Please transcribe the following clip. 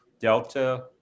Delta